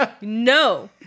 No